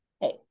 hey